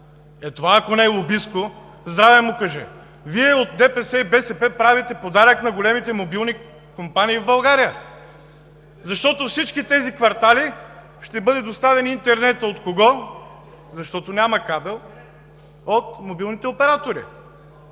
Е, това ако не е лобистко – здраве му кажи! Вие от ДПС и БСП правите подарък на големите мобилни компании в България, защото във всички тези квартали ще бъде доставен интернетът от кого? Защото няма кабел – от мобилните оператори.